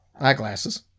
eyeglasses